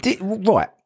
Right